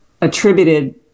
attributed